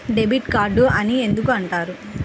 Debit card అని ఎందుకు అంటారు?